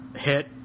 hit